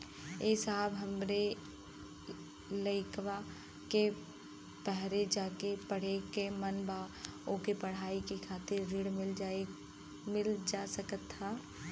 ए साहब हमरे लईकवा के बहरे जाके पढ़े क मन बा ओके पढ़ाई करे खातिर ऋण मिल जा सकत ह?